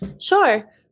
Sure